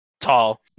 tall